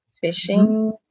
fishing